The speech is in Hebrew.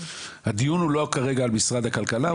הדיון כרגע הוא לא על המשרד הכלכלה,